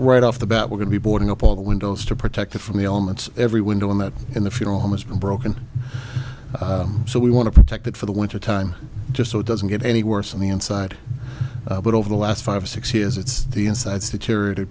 right off the bat we're going to be boarding up all the windows to protect it from the omits every window in that in the funeral home has been broken so we want to protect it for the winter time just so it doesn't get any worse on the inside but over the last five six years it's the inside security